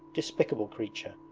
despicable creature,